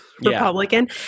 Republican